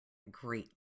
great